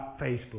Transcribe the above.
Facebook